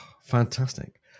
Fantastic